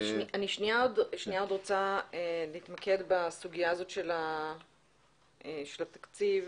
אני רוצה להתמקד בסוגיה של התקציב,